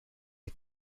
est